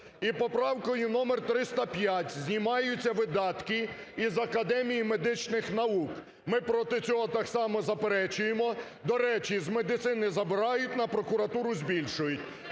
І поправкою номер 305 знімаються видатки з Академії медичних наук. Ми проти цього так само заперечуємо. До речі, з медицини забирають, на прокуратуру збільшують.